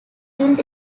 killed